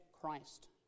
Christ